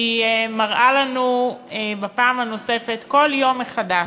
מראה לנו פעם נוספת, כל יום מחדש,